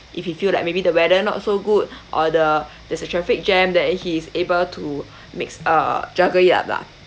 if he feel like maybe the weather not so good or the there's a traffic jam then he's able to makes uh juggle it up lah